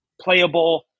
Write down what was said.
playable